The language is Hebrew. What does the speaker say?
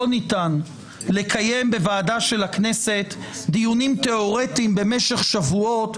לא ניתן לקיים בוועדה של הכנסת דיונים תיאורטיים במשך שבועות,